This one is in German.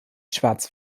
schwarz